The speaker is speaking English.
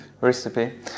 recipe